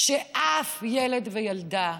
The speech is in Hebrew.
שאף ילד וילדה,